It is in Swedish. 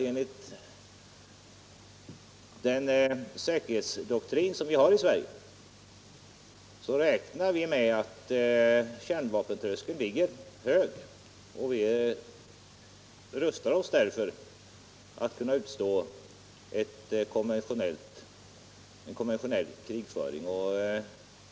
Enligt den säkerhetsdoktrin som vi har i Sverige räknar vi med att kärnvapentröskeln är hög. Därför rustar vi oss för att kunna utstå en konventionell krigföring.